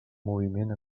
moviment